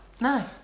No